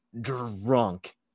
drunk